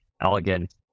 elegant